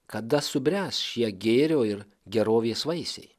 kada subręs šie gėrio ir gerovės vaisiai